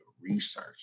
research